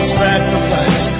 sacrifice